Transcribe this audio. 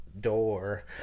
door